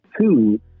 two